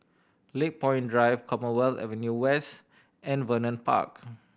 Lakepoint Drive Commonwealth Avenue West and Vernon Park